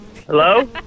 Hello